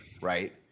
right